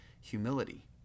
humility